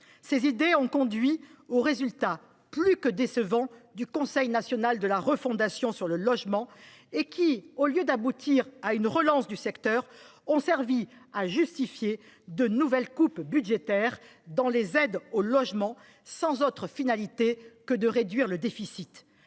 Ces idées ont conduit aux résultats plus que décevants du Conseil national (CNR) de la refondation sur le logement, qui, au lieu d’aboutir à une relance du secteur, a servi à justifier de nouvelles coupes budgétaires dans les aides au logement, sans autre finalité que de réduire le déficit.